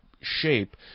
shape